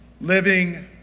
Living